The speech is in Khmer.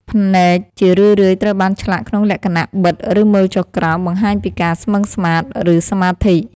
ភ្នែកជារឿយៗត្រូវបានឆ្លាក់ក្នុងលក្ខណៈ បិទ ឬមើលចុះក្រោម បង្ហាញពីការស្មឹងស្មាត ឬសមាធិ។